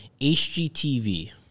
HGTV